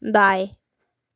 दाएँ